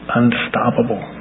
unstoppable